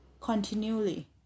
continually